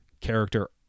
character